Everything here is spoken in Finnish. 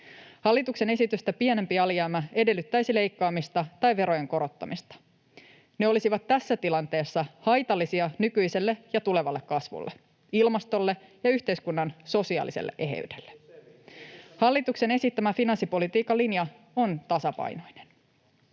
Hallituksen esitystä pienempi alijäämä edellyttäisi leikkaamista tai verojen korottamista. Ne olisivat tässä tilanteessa haitallisia nykyiselle ja tulevalle kasvulle, ilmastolle ja yhteiskunnan sosiaaliselle eheydelle. Hallituksen esittämä finanssipolitiikan linja on tasapainoinen.